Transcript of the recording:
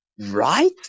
right